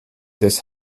des